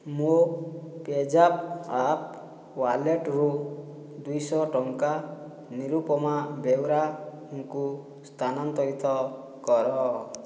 ମୋ PayZapp app ୱାଲେଟ୍ରୁ ଦୁଇଶହ ଟଙ୍କା ନିରୁପମା ବେଉରାଙ୍କୁ ସ୍ଥାନାନ୍ତରିତ କର